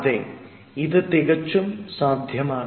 അതെ ഇത് തികച്ചും സാധ്യമാണ്